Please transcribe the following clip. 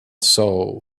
soul